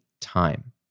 time